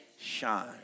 shine